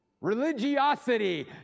religiosity